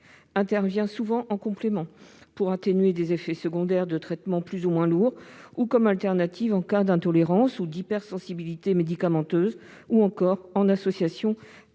intervient souvent en complément, pour atténuer des effets secondaires de traitements plus ou moins lourds, comme alternative en cas d'intolérance ou d'hypersensibilité médicamenteuse, ou encore en association avec